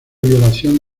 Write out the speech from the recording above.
violación